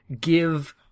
give